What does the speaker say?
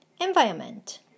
environment